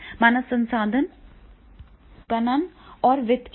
मानव संसाधन विपणन और वित्त के लिए